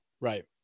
Right